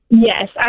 Yes